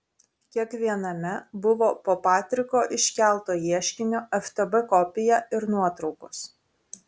kiekviename buvo po patriko iškelto ieškinio ftb kopiją ir nuotraukos